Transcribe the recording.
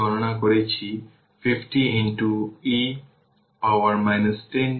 সুতরাং L eq হল 5 এবং I 2 e থেকে পাওয়ার 10 t মিলিভোল্ট